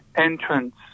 Entrance